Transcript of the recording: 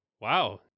wow